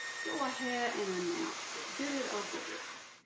go ahead and announce it. get it over with.